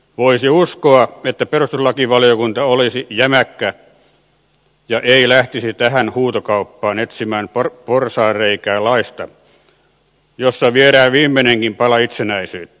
voisi uskoa että perustuslakivaliokunta olisi jämäkkä eikä lähtisi tähän huutokauppaan etsimään porsaanreikää laista jossa viedään viimeinenkin pala itsenäisyyttä